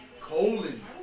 colon